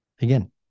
again